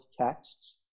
texts